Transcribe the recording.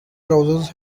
browsers